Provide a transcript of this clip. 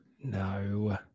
No